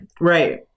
right